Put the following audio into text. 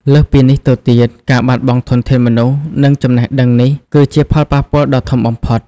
លើសពីនេះទៅទៀត ការបាត់បង់ធនធានមនុស្ស និងចំណេះដឹងនេះគឺជាផលប៉ះពាល់ដ៏ធំបំផុត។